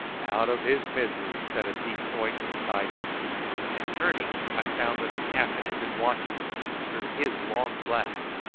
out of his misery, said a deep voice beside me and turning i found that the captain had been watching the scene through his long glass.